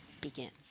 begins